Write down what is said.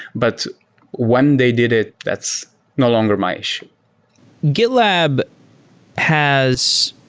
but when they did it, that's no longer my issue gitlab has